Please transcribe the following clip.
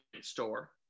store